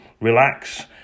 relax